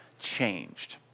changed